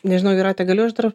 nežinau jūrate galiu aš dar